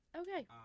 Okay